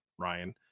Ryan